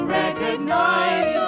recognize